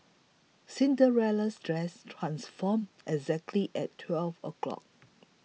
Cinderella's dress transformed exactly at twelve o'clock